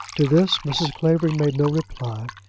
to this mrs. clavering made no reply,